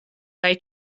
kaj